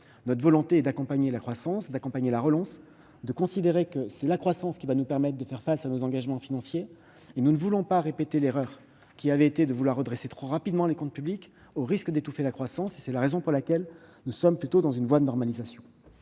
Notre volonté est d'accompagner la relance de la croissance, car c'est ce qui va nous permettre de faire face à nos engagements financiers. Nous ne voulons pas répéter l'erreur de vouloir redresser trop rapidement les comptes publics, au risque d'étouffer la croissance. C'est la raison pour laquelle nous sommes plutôt sur une voie de normalisation.